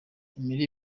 emery